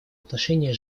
отношении